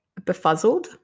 befuzzled